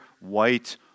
white